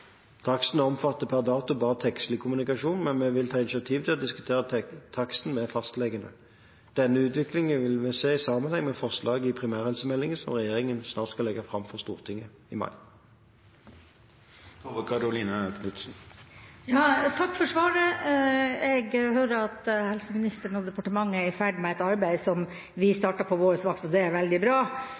Taksten omfatter per dato bare tekstlig kommunikasjon, men vi vil ta initiativ til å diskutere taksten med fastlegene. Denne utviklingen vil vi se i sammenheng med forslag i primærhelsemeldingen, som regjeringen snart skal legge fram for Stortinget – i mai. Takk for svaret. Jeg hører at helseministeren og departementet er i ferd med et arbeid som vi startet på vår vakt, og det er veldig bra.